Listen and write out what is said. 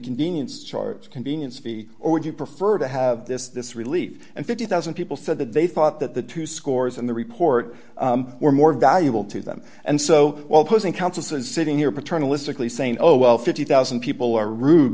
convenience charts convenience fee or would you prefer to have this this relief and fifty thousand dollars people said that they thought that the two scores in the report were more valuable to them and so well posing countesses sitting here paternalistically saying oh well fifty thousand people are rude